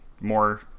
more